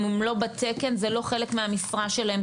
אם הם לא בתקן זה לא חלק מהמשרה שלהם,